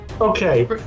Okay